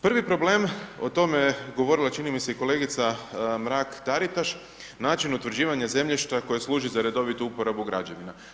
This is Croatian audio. Prvi problem, o tome je govorila čini mi se i kolegica Mrak Taritaš, način utvrđivanja zemljišta koje služi za redovitu uporabu građevina.